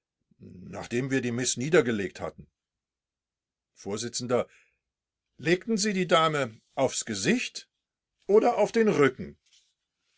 nachdem wir die miß niedergelegt hatten vors legten sie die dame aufs gesicht oder auf den rücken